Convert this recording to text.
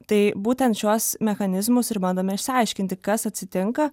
tai būtent šiuos mechanizmus ir bandome išsiaiškinti kas atsitinka